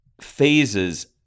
phases